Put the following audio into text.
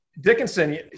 dickinson